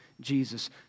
Jesus